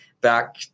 back